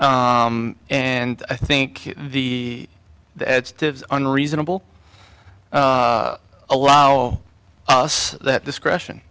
and i think the unreasonable allow us that discretion